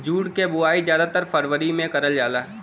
jute क बोवाई जादातर फरवरी में करल जाला